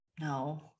No